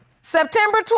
September